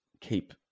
keep